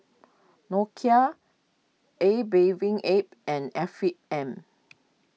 Nokia A Bathing Ape and Afiq M